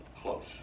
close